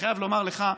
אני חייב לומר לך,